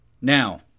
Now